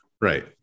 right